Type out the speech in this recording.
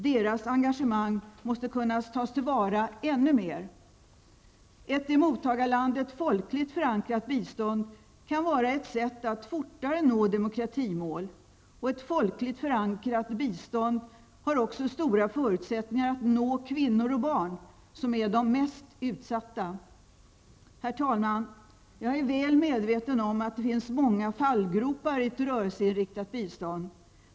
Deras engagemang måste kunna tas till vara ännu mer. Ett i mottagarlandet folkligt förankrat bistånd kan vara ett sätt att fortare nå demokratimål. Ett folkligt förankrat bistånd har också stora förutsättningar att nå kvinnor och barn, som är de mest utsatta. Herr talman! Jag är väl medveten om att det finns många fallgropar i ett rörelseinriktat bistånd.